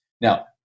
Now